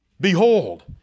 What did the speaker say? Behold